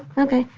okay.